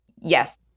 Yes